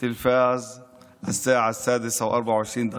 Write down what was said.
טלוויזיה בשעה 06:24,